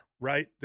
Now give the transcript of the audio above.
right